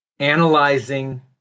analyzing